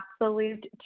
absolute